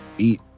Eat